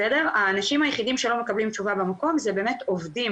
האנשים היחידים שלא מקבלים תשובה במקום זה באמת עובדים